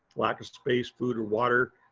lack of space food or water,